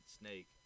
snake